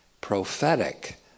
prophetic